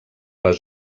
les